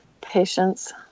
patience